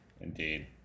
Indeed